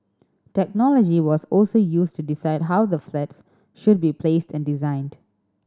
technology was also used to decide how the flats should be placed and designed